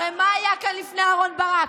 הרי מה היה כאן לפני אהרן ברק?